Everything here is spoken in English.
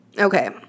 okay